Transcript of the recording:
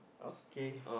okay